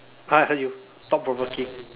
!huh! you thought provoking